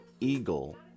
Eagle